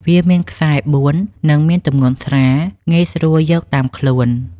វាមានខ្សែតែបួន និងមានទម្ងន់ស្រាល ងាយស្រួលយកតាមខ្លួន។